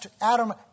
Adam